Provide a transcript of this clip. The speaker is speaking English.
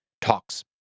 talks